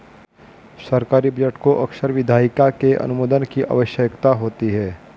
सरकारी बजट को अक्सर विधायिका के अनुमोदन की आवश्यकता होती है